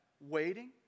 Waiting